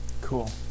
Cool